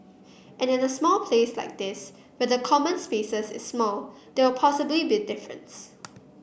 and in a small place like this where the common spaces is small there will possibly be difference